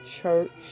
church